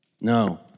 No